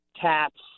TAPS